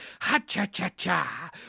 ha-cha-cha-cha